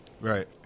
right